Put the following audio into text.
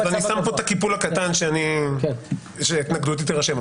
אז אני שם פה את הקיפול הקטן, שההתנגדות תירשם.